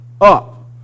up